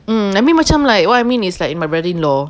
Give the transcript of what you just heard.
mm I mean macam like what I mean is like my brother-in-law